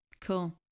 Cool